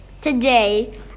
Today